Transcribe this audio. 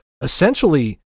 essentially